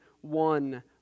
one